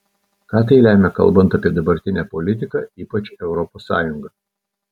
ką tai lemia kalbant apie dabartinę politiką ypač europos sąjungą